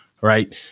Right